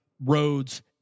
roads